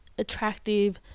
attractive